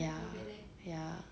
ya ya